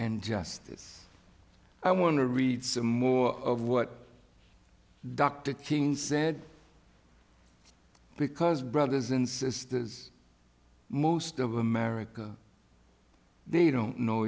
and justice i want to read some more of what dr king said because brothers and sisters most of america they don't know